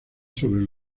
sobre